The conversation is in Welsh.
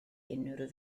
unrhyw